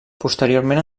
posteriorment